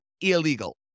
illegal